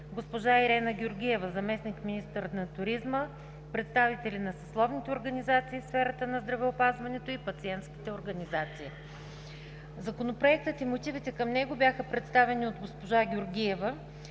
госпожа Ирена Георгиева – заместник-министър на туризма, представители на съсловните организации в сферата на здравеопазването и на пациентските организации. Законопроектът и мотивите към него бяха представени от госпожа Георгиева.